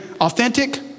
Authentic